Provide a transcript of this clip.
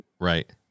Right